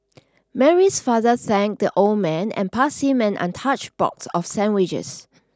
Mary's father thanked the old man and passed him an untouched box of sandwiches